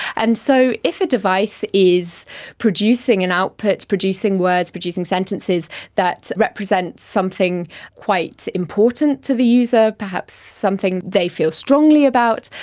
and so if a device is producing an output, producing words, producing sentences that represents something quite important to the user, perhaps something they feel strongly strongly about,